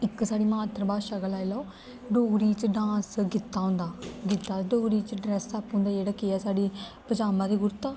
इक साढ़ी मातृ भाशा गै लाई लैओ डोगरी च डांस गिद्दा होंदा डोगरी च ड्रैसअप होंदा जेह्ड़ा केह् ऐ साढ़ी पजामां ते कुर्ता